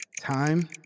Time